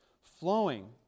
flowing